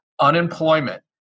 Unemployment